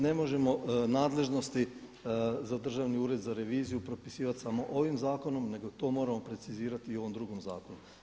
Ne možemo nadležnosti za Državni ured za reviziju propisivati samo ovim zakonom nego to moramo precizirati i u ovom drugom zakonu.